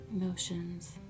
emotions